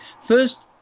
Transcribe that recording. first